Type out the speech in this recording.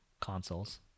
consoles